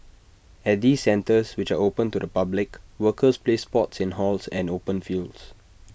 at these centres which are open to the public workers play sports in halls and open fields